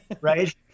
right